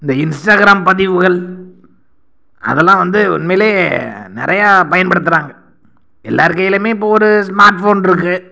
இந்த இன்ஸ்டாகிராம் பதிவுகள் அதெலாம் வந்து உண்மையில் நிறையா பயன்படுத்துறாங்க எல்லார் கையிலையுமே இப்போ ஒரு ஸ்மார்ட் ஃபோன் இருக்கு